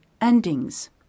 endings